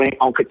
on